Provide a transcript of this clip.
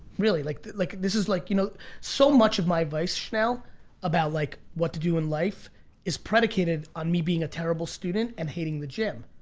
really like like this is like you know so much of my advice now about like what to do in life is predicated on me being a terrible student and hating the gym.